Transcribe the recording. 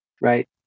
right